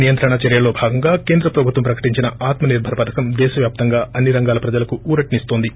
నియంత్రణా చర్చల్లో భాగంగా కేంద్ర ప్రభుత్వం ప్రకటించిస్ ఆత్మ నిర్పర్ పథకం దేశవ్యాప్తంగా అన్ని రంగాల ప్రజలకు ఊరటను ఇస్తోంది